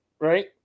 right